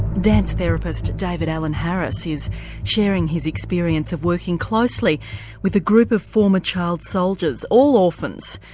dance therapist david alan harris is sharing his experience of working closely with a group of former child soldiers, all orphans,